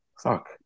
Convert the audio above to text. Fuck